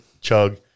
chug